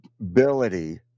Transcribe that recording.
ability